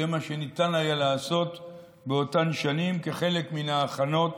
זה מה שניתן היה לעשות באותם שנים כחלק מן ההכנות